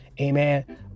amen